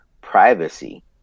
privacy